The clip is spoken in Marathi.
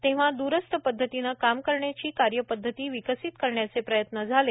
तेव्हा दूरस्थ पद्धतीने काम करण्याची कार्यपद्धती विकसित करण्याचे प्रयत्न झाले